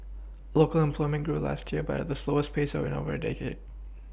local employment grew last year but at the slowest pace in over a decade